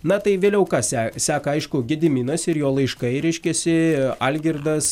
na tai vėliau kas se seka aišku gediminas ir jo laiškai reiškiasi algirdas